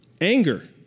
Anger